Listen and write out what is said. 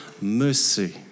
mercy